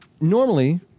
normally